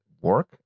work